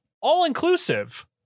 all-inclusive